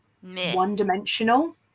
one-dimensional